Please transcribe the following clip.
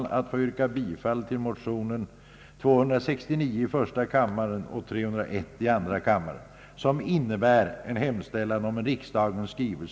Jag ber att få yrka bifall till motionsparet I: 269 och II: 301, som innebär hemställan om en riks